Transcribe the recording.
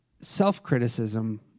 self-criticism